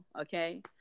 okay